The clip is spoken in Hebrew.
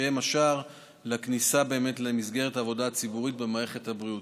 שער הכניסה למסגרת העבודה הציבורית במערכת הבריאות.